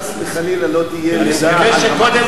שחס וחלילה לא תהיה לידה במחסום.